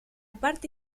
parte